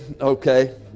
okay